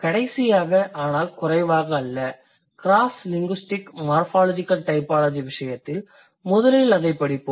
கடைசியாக ஆனால் குறைவாக அல்ல crosslinguistic மார்ஃபாலஜிகல் டைபாலஜி விசயத்தில் முதலில் அதைப் படிப்போம்